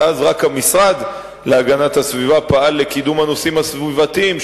שאז רק המשרד להגנת הסביבה פעל לקידום הנושאים הסביבתיים,